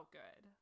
good